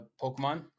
pokemon